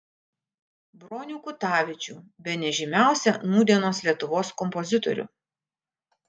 bronių kutavičių bene žymiausią nūdienos lietuvos kompozitorių